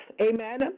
Amen